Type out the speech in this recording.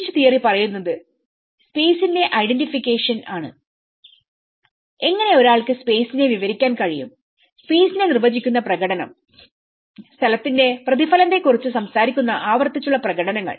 leech theory പറയുന്നത് സ്പേസ്സിന്റെ identification ആണ് എങ്ങനെ ഒരാൾക്ക് സ്പേസ്സിനെ വിവരിക്കാൻ കഴിയും സ്പേസിനെ നിർവചിക്കുന്ന പ്രകടനംസ്ഥലത്തിന്റെ പ്രതിഫലനത്തെക്കുറിച്ച് സംസാരിക്കുന്ന ആവർത്തിച്ചുള്ള പ്രകടനങ്ങൾ